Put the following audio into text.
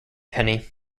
penny